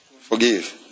forgive